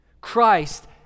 Christ